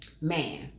Man